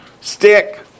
Stick